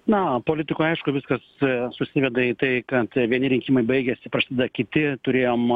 na politikoj aišku viskas susiveda į tai ka vieni rinkimai baigiasi prasideda kiti turėjom